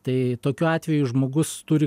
tai tokiu atveju žmogus turi